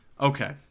Okay